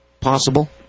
possible